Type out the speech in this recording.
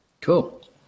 Cool